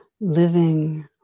living